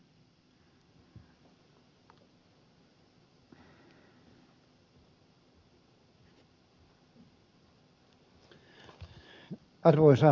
arvoisa puhemies